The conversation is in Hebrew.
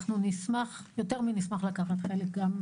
אנחנו נשמח, יותר מנשמח, לקחת חלק.